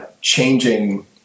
changing